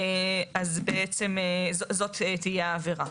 אז בעצם זאת תהיה העבירה.